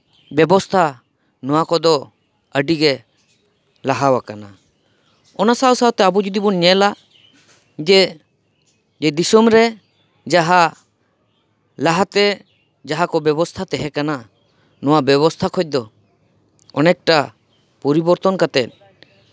ᱵᱮᱵᱚᱥᱛᱷᱟ ᱱᱚᱶᱟ ᱠᱚᱫᱚ ᱟᱹᱰᱤ ᱜᱮ ᱞᱟᱦᱟ ᱟᱠᱟᱱᱟ ᱚᱱᱟ ᱥᱟᱶ ᱥᱟᱶᱛᱮ ᱟᱵᱚ ᱡᱩᱫᱤ ᱵᱚᱱ ᱧᱮᱞᱟ ᱡᱮ ᱫᱤᱥᱳᱢ ᱨᱮ ᱡᱟᱦᱟᱸ ᱞᱟᱦᱟᱛᱮ ᱡᱟᱦᱟᱸ ᱠᱚ ᱵᱮᱵᱚᱥᱛᱷᱟ ᱛᱟᱦᱮᱸ ᱠᱟᱱᱟ ᱱᱚᱶᱟ ᱵᱮᱵᱚᱥᱛᱷᱟ ᱠᱷᱚᱱ ᱫᱚ ᱚᱱᱮᱠᱴᱟ ᱯᱚᱨᱤᱵᱚᱨᱛᱚᱱ ᱠᱟᱛᱮᱫ